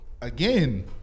again